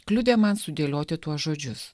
kliudė man sudėlioti tuos žodžius